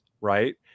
right